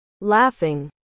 Laughing